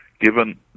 given